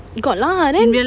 got lah then